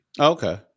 Okay